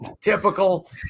typical